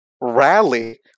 rally